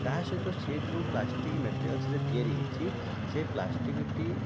ତା' ସହିତ ସିଏ ଯେଉଁ ପ୍ଲାଷ୍ଟିକ୍ ମ୍ୟାଟେରିଆଲ୍ସରେ ତିଆରି ହେଇଛି ସେ ପ୍ଲାଷ୍ଟିକ୍ଟି